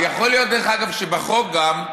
שבחוק גם,